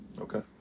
Okay